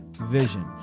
vision